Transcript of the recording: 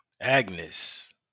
Agnes